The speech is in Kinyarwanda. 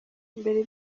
mbere